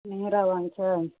நேராகவாங்க sir